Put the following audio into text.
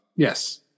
Yes